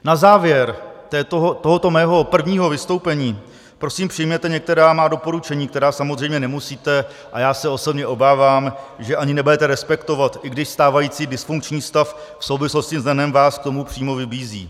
Na závěr tohoto mého prvního vystoupení prosím přijměte některá má doporučení, která samozřejmě nemusíte a já se osobně obávám, že ani nebudete respektovat, i když stávající dysfunkční stav v souvislosti s NEN vás k tomu přímo vybízí.